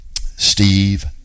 steve